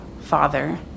father